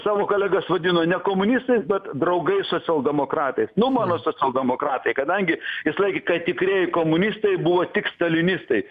savo kolegas vadino ne komunistais bet draugais socialdemokratais nu mano socialdemokratai kadangi jis laikė kad tikrieji komunistai buvo tik stalinistai